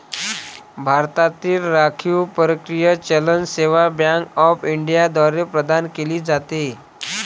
भारतातील राखीव परकीय चलन सेवा बँक ऑफ इंडिया द्वारे प्रदान केले जाते